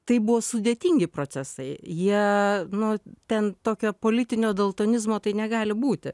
tai buvo sudėtingi procesai jie nu ten tokio politinio daltonizmo tai negali būti